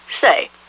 Say